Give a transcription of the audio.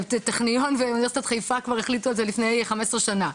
הטכניון ואוניברסיטת חיפה כבר החליטו על זה כבר לפני חמש עשרה שנה,